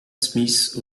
smith